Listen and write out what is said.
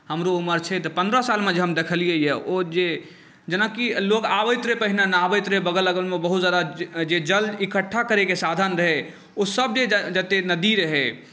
हमरो उम्र छै तऽ पन्द्रह सालमे जे हम देखलियैए ओ जे जेनाकि लोक अबैत रहै पहिने नहाबैत रहै बगल अगलमे बहुत ज्यादा जे जल इकठ्ठा करैके साधन रहै ओसभ जते नदी रहै